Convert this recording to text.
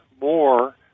more